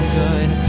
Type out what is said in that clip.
good